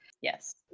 yes